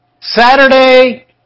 Saturday